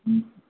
ம்